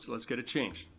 let's get it changed.